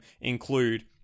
include